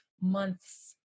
months